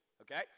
Okay